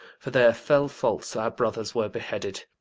for their fell faults our brothers were beheaded,